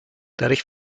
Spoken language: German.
dadurch